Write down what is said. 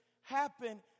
happen